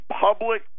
public